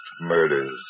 Murders